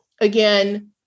again